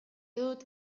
dut